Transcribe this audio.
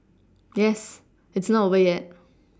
yes it's not over yet